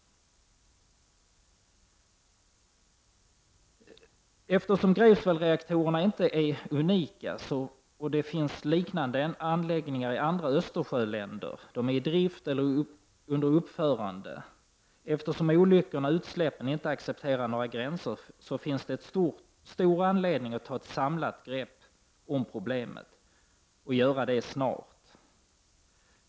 Eftersom reaktorerna i Greifswald inte är unika — det finns liknande anläggningar i andra Östersjöländer, som är i drift eller under uppförande — och eftersom olyckorna och utsläppen inte accepterar några gränser, finns det stor anledning att ta ett samlat grepp om problemet — och göra det snart.